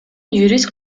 юрист